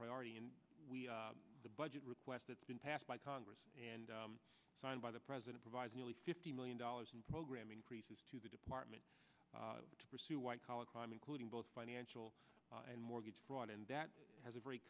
priority and the budget request that's been passed by congress and signed by the president provides nearly fifty million dollars in program increases to the department to pursue white collar crime including both financial and mortgage fraud and that has a